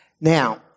Now